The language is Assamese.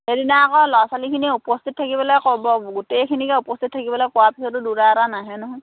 সেইদিনা আকৌ ল'ৰা ছোৱালীখিনিয়ে উপস্থিত থাকিবলৈ ক'ব গোটেইখিনিকে উপস্থিত থাকিবলৈ কোৱাৰ পাছতো দুটা এটা নাহে নহয়